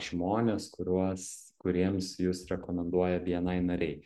žmonės kuriuos kuriems jus rekomenduoja bni nariai